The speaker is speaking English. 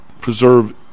preserve